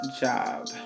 job